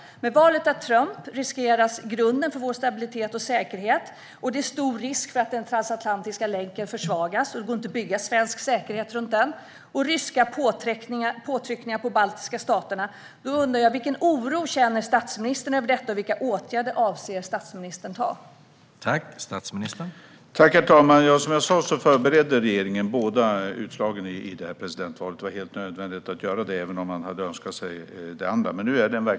Med valet av Trump riskeras grunden för vår stabilitet och säkerhet. Det är stor risk för att den transatlantiska länken försvagas och att det inte går att bygga svensk säkerhet runt den. Det finns också risk för ryska påtryckningar på de baltiska staterna. Då undrar jag: Vilken oro känner statsministern över detta, och vilka åtgärder avser statsministern att vidta?